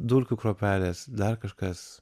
dulkių kruopelės dar kažkas